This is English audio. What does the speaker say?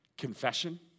Confession